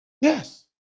Yes